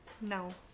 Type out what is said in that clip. No